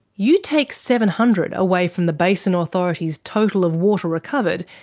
you take seven hundred away from the basin authority's total of water recovered,